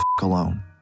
alone